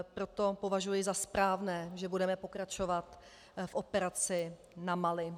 Proto považuji za správné, že budeme pokračovat v operaci na Mali.